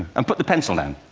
and put the pencil down!